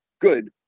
good